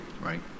Right